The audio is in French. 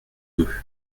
deux